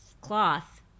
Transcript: cloth